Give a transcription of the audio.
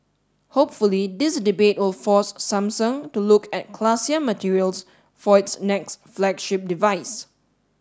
hopefully this debate will force Samsung to look at classier materials for its next flagship device